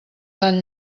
tan